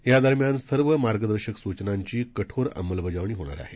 या दरम्यान सर्व मार्गदर्शक सूचनांची कठोर अंमलबजावणी होणार आहे